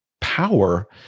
power